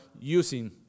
using